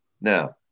Now